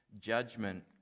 judgment